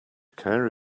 care